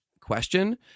question